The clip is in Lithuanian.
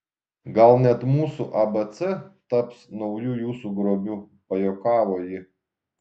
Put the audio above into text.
gal net mūsų abc taps nauju jūsų grobiu pajuokavo ji